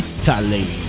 Italy